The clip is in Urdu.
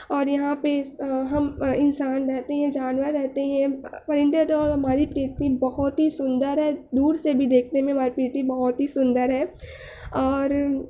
اور یہاں پہ ہم انسان رہتے ہیں جانور رہتے ہیں پرندے تو اب ہماری پرتھوی بہت ہی سندر ہے دور سے دیکھنے میں ہماری پرتھوی بہت ہی سندر ہے اور